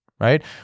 Right